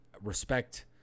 respect